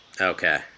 Okay